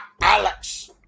Alex